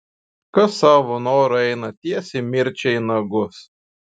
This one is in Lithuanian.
kas savo noru eina tiesiai mirčiai į nagus